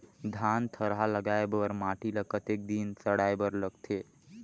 धान थरहा लगाय बर माटी ल कतेक दिन सड़ाय बर लगथे?